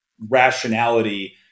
rationality